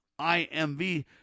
IMV